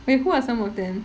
wait who are some of them